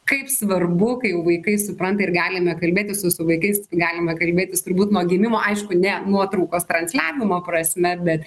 kaip svarbu kai jau vaikai supranta ir galim kalbėtis su su vaikais galime kalbėtis turbūt nuo gimimo aišku ne nuotraukos transliavimo prasme bet